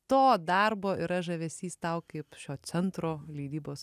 to darbo yra žavesys tau kaip šio centro leidybos